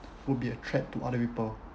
would be a threat to other people